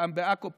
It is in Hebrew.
פעם בעכו,